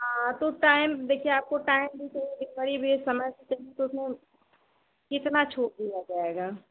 हाँ तो टाइम देखिए आपको टाइम भी चाहिए लेकिन बड़ी भी एक समस्या है तो उसमें कितना छूट दिया जाएगा